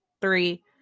three